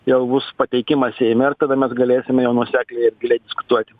jau bus pateikimas seime ir tada mes galėsime jau nuosekliai ir giliai diskutuoti